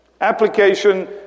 Application